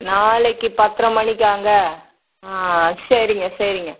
நாளைக்கு பத்தரை மணிக்காங்க ஆ சரிங்க சரிங்க